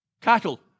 cattle